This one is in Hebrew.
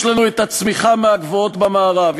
יש לנו צמיחה מהגבוהות במערב.